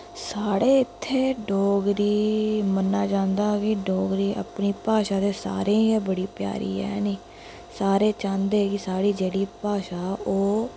साढ़े इत्थे डोगरी मन्नेआ जंदा ऐ कि डोगरी अपनी भाशा ते सारें गै बड़ी प्यारी ऐ हैनी सारे चांह्दे कि साढ़ी जेह्डी भाशा ओह्